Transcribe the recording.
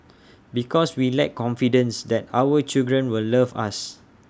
because we lack confidence that our children will love us